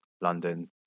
London